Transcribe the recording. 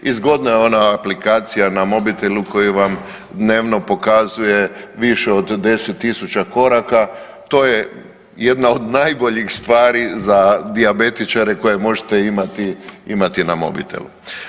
I zgodna je ona aplikacija na mobitelu koja vam dnevno pokazuje više od 10.000 koraka, to je jedna od najboljih stvari za dijabetičare koje možete imati na mobitelu.